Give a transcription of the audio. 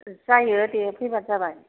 जायो दे फैब्लानो जाबाय